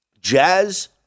Jazz